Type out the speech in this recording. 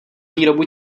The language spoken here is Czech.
výrobu